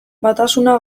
batasuna